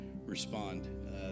respond